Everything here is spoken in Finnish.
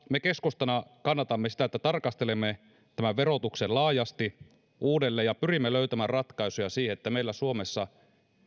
me keskustana kannatamme sitä että tarkastelemme tämän verotuksen laajasti uudelleen ja pyrimme löytämään ratkaisuja siihen meillä suomessa